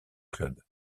club